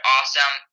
Awesome